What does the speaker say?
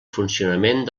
funcionament